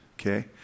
okay